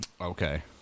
Okay